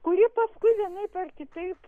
kuri paskui vienaip ar kitaip